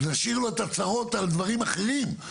נשאיר לו את הצרות על דברים אחרים,